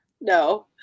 No